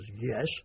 yes